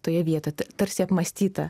toje vietoje tarsi apmąstyta